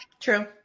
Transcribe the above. True